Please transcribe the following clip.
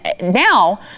now